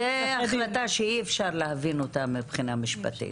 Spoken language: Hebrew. זו החלטה שאי אפשר להבין אותה מבחינה משפטית.